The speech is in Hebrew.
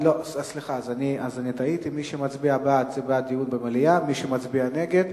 מי שמצביע נגד,